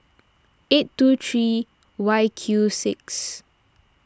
eight two three Y Q six